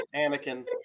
Anakin